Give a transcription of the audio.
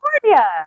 California